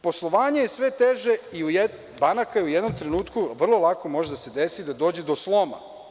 Poslovanje je sve teže banaka i u jednom trenutku vrlo lako može da se desi da dođe do sloma.